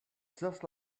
just